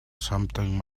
something